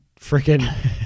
freaking